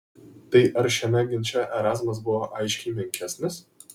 tai ar šiame ginče erazmas buvo aiškiai menkesnis